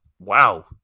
wow